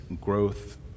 growth